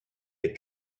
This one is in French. des